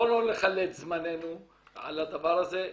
בואו לא נכלה את זמננו על הדבר הזה.